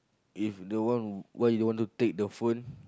if don't want why you don't want to take the phone